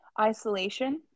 isolation